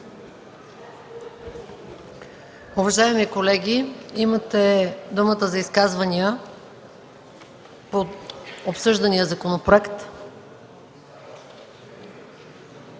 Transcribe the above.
Уважаеми колеги, имате думата за изказвания по обсъждания законопроект.